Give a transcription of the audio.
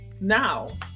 Now